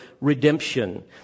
redemption